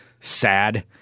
sad